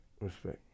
respect